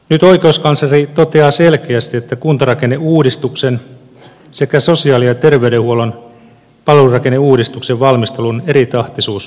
nyt oikeuskansleri toteaa selkeästi että kuntarakenneuudistuksen sekä sosiaali ja terveydenhuollon palvelurakenneuudistuksen valmistelun eritahtisuus on ongelmallinen